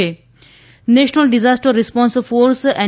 ેઃ national disaster response force N